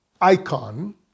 icon